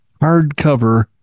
hardcover